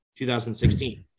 2016